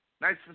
Nice